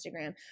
Instagram